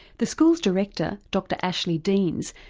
the school's director, dr. ashley deans,